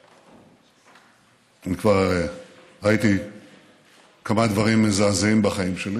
אני כבר ראיתי כמובן דברים מזעזעים בחיים שלי,